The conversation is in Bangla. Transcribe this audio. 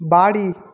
বাড়ি